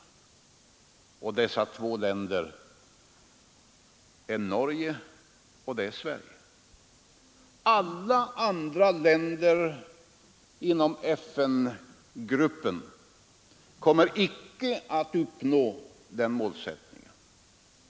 Dessa två länder är Norge och Sverige. Några andra länder inom FN-gruppen kommer inte att uppnå den målsättningen.